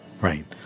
right